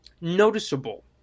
noticeable